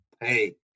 Hey